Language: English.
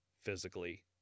physically